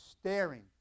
staring